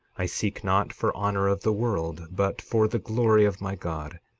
i seek not for honor of the world, but for the glory of my god,